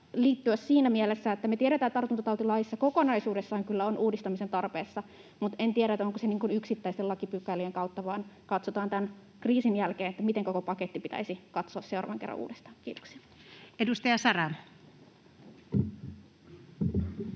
liittyä siinä mielessä, että me tiedetään, että tartuntatautilaki kokonaisuudessaan kyllä on uudistamisen tarpeessa. Mutta en tiedä, onko se yksittäisten lakipykälien kautta. Katsotaan tämän kriisin jälkeen, miten koko paketti pitäisi katsoa seuraavan kerran uudestaan. — Kiitoksia. [Speech